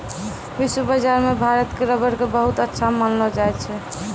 विश्व बाजार मॅ भारत के रबर कॅ बहुत अच्छा मानलो जाय छै